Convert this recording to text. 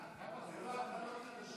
לילות כימים ממש.